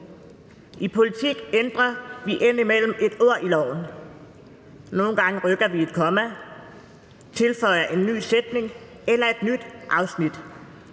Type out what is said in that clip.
I politik ændrer vi indimellem et ord i loven. Nogle gange rykker vi et komma, tilføjer en ny sætning eller et nyt afsnit.